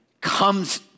comes